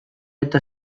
eta